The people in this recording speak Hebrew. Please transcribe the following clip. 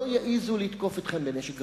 הם לא יעזו לתקוף אתכם בנשק גרעיני,